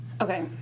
okay